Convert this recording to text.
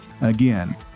Again